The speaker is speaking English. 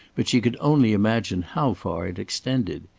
but she could only imagine how far it extended.